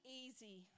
easy